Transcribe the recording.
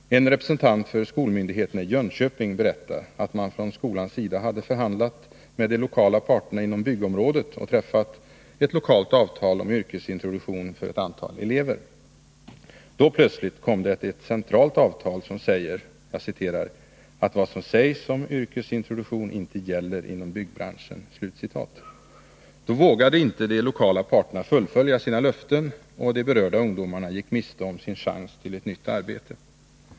En representant för skolmyndigheterna i Jönköping berättar att man från skolans sida hade förhandlat med de lokala parterna inom byggområdet och träffat ett lokalt avtal om yrkesintroduktion för ett antal elever. Då kom det plötsligt ett centralt avtal som sade att ”vad som sägs om yrkesintroduktion inte gäller inom byggbranschen”. Då vågade inte de lokala parterna infria sina löften, och de berörda ungdomarna gick miste om sin chans till ett nytt arbete.